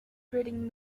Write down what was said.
gritting